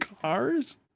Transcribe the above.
cars